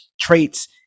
traits